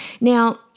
Now